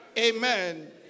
Amen